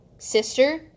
Sister